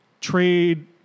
trade